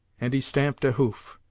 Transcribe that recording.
and stamped a hoof.